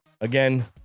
Again